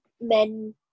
men